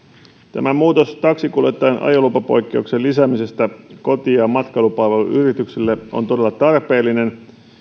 tämä muutos taksinkuljettajan ajolupapoikkeuksen lisäämisestä koti ja matkailupalveluyrityksille on todella tarpeellinen